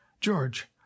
george